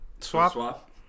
Swap